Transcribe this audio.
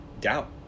doubt